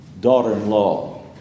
daughter-in-law